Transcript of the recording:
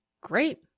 great